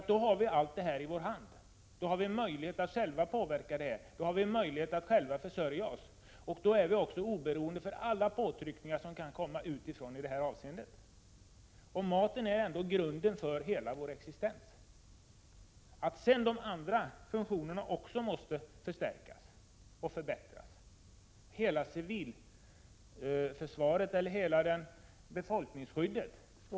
Då har vi nämligen allt som behövs för en jordbruksproduktion i vår hand och har möjligheter att själva försörja oss — vi är i detta avseende okänsliga för alla påtryckningar som kan komma utifrån. Och maten är ju ändå grunden för vår existens. Naturligtvis måste också andra funktioner förstärkas och förbättras. Det gäller hela civilförsvaret, hela befolkningsskyddet.